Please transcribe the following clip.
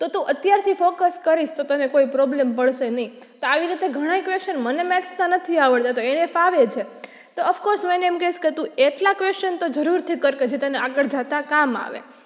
તો તું અત્યારથી ફોકસ કરીશ તો તને કોઈ પ્રોબ્લેમ પડશે નહીં તો આવી રીતે ઘણાંય ક્વેસ્ચન મને મેથ્સના નથી આવડતા તો એને ફાવે છે તો ઓફકોર્સ એને એમ કહીશ કે તું એટલા ક્વેસ્ચન તો તું જરૂરથી કર કે આગળ જતા કામ આવે